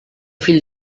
fill